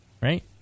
Right